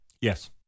Yes